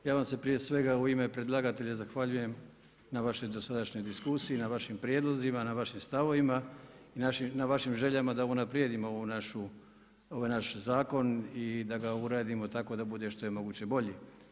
Ja vam se prije svega u ime predlagatelja zahvaljujem na vašoj dosadašnjoj diskusiji, na vašim prijedlozima, na vašim stavovima, na vašim željama da unaprijedimo ovaj naš zakon i da ga uradimo tako da bude što je moguće bolji.